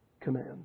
command